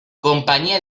companyia